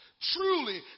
Truly